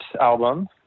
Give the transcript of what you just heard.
album